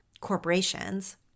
corporations –